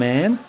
Man